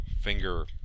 finger